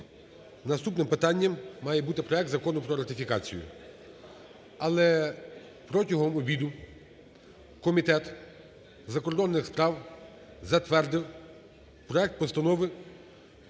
наступним питанням має бути проект Закону про ратифікацію. Але протягом обіду Комітет закордонних справ затвердив проект Постанови,